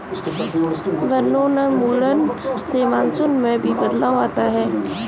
वनोन्मूलन से मानसून में भी बदलाव आता है